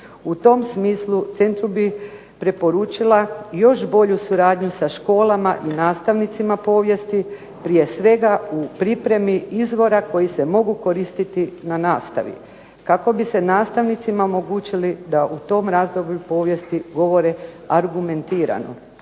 U tom smislu centru bi preporučila još bolju suradnju sa školama i nastavnicima povijesti. Prije svega u pripremi izvora koji se mogu koristiti na nastavi kako bi se nastavnicima omogućili da u tom razdoblju povijesti govore argumentirano,